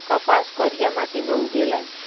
कपास करिया माटी मे उगेला